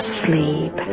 sleep